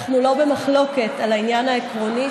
אנחנו לא במחלוקת על העניין העקרוני,